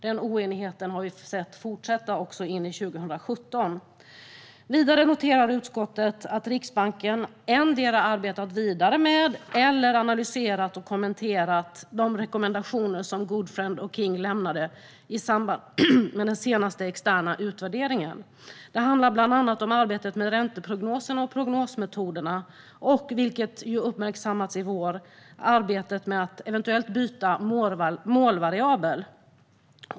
Denna oenighet har vi sett fortsätta också in i 2017. Utskottet noterar vidare att Riksbanken endera arbetat vidare med eller analyserat och kommenterat de rekommendationer som Goodfriend och King lämnade i samband med den senaste externa utvärderingen. Det handlar bland annat om arbetet med ränteprognoserna och prognosmetoderna och, vilket har uppmärksammats i vår, arbetet med att eventuellt byta målvariabel.